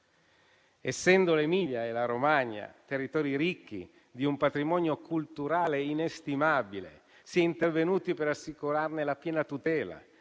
Essendo l'Emilia e la Romagna territori ricchi di un patrimonio culturale inestimabile, si è intervenuti per assicurarne la piena tutela;